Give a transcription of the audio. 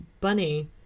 bunny